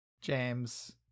James